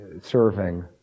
serving